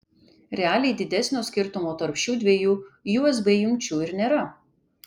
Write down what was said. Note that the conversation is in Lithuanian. realiai didesnio skirtumo tarp šių dviejų usb jungčių ir nėra